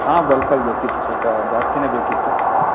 ಹಾ ಬಲ್ಕಲ್ಲಿ ಬೇಕಿತ್ತು ಸ್ವಲ್ಪ ಜಾಸ್ತಿಯೇ ಬೇಕಿತ್ತು